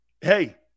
Hey